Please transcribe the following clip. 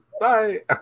Bye